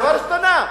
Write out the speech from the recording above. הדבר השתנה.